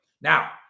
Now